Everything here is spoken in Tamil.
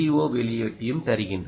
ஓ வெளியீட்டையும் தருகின்றன